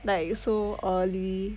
like so early